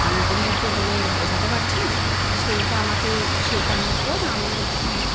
আমি তো মুখে বলে বোঝাতে পারছি না সেইটা আমাকে শেখানোর পর আমি